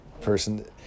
person